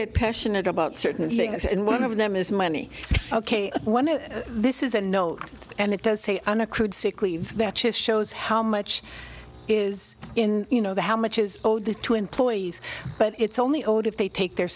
get passionate about certain things and one of them is money ok this is a note and it does say an accrued sick leave their chief shows how much is in you know how much is owed the two employees but it's only owed if they take their